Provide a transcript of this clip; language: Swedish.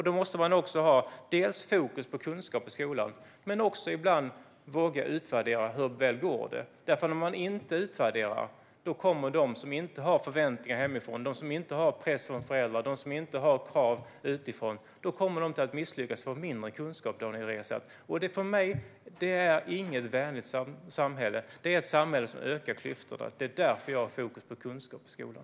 Då måste man ha fokus på kunskap i skolan men ibland också våga utvärdera hur väl det går, för om man inte utvärderar kommer de som inte har förväntningar hemifrån, press från föräldrar och krav utifrån att misslyckas och få mindre kunskaper, Daniel Riazat. Det är för mig inget vänligt samhälle. Det är ett samhälle som ökar klyftorna. Det är därför jag har fokus på kunskapsskolan.